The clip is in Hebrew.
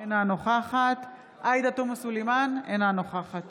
אינה נוכחת עאידה תומא סלימאן, אינה נוכחת